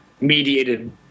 mediated